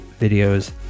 videos